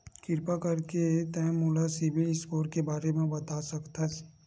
किरपा करके का तै मोला सीबिल स्कोर के बारे माँ बता सकथस?